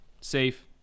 safe